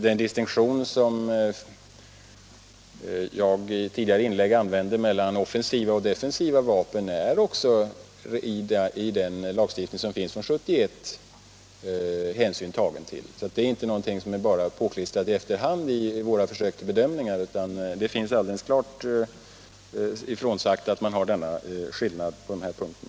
Den distinktion som jag i ett tidigare inlägg använde mellan offensiva och defensiva vapen har man också tagit hänsyn till i den regeltext som finns från år 1971. Det är alltså inte någonting som bara är påklistrat efter hand i våra försök till bedömningar, utan det finns alldeles klart frånsagt att man gör denna skillnad på den här punkten.